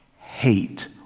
hate